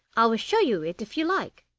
i will show you it if you like